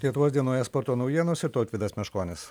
lietuvos dienoje sporto naujienos ir tautvydas meškonis